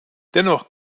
dennoch